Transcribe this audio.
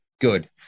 good